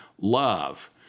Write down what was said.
love